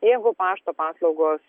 jeigu pašto paslaugos